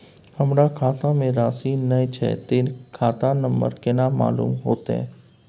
हमरा खाता में राशि ने छै ते खाता नंबर केना मालूम होते?